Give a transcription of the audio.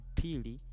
pili